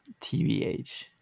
TVH